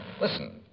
Listen